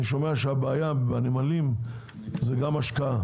אני שומע שהבעיה בנמלים זה גם השקעה